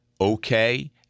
okay